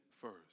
first